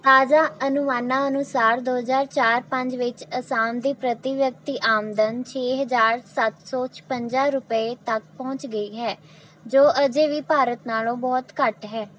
ਤਾਜ਼ਾ ਅਨੁਮਾਨਾਂ ਅਨੁਸਾਰ ਦੋ ਹਜ਼ਾਰ ਚਾਰ ਪੰਜ ਵਿੱਚ ਅਸਾਮ ਦੀ ਪ੍ਰਤੀ ਵਿਅਕਤੀ ਆਮਦਨ ਛੇ ਹਾਜ਼ਰ ਸੱਤ ਸੌ ਛਪੰਜਾ ਰੁਪਏ ਤੱਕ ਪਹੁੰਚ ਗਈ ਹੈ ਜੋ ਅਜੇ ਵੀ ਭਾਰਤ ਨਾਲੋਂ ਬਹੁਤ ਘੱਟ ਹੈ